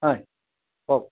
হয় কওক